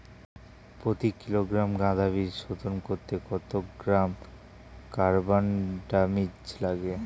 প্রতি কিলোগ্রাম গাঁদা বীজ শোধন করতে কত গ্রাম কারবানডাজিম লাগে?